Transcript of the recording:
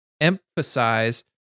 emphasize